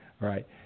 right